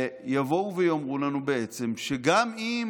יבואו ויאמרו לנו בעצם שגם אם